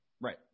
Right